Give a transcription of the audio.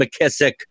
McKissick